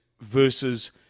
versus